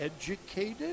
educated